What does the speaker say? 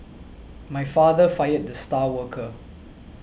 my father fired the star worker